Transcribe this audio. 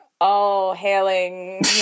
all-hailing